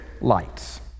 lights